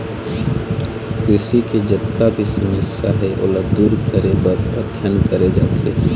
कृषि के जतका भी समस्या हे ओला दूर करे बर अध्ययन करे जाथे